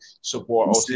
support